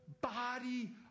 body